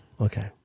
Okay